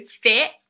fit